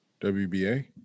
WBA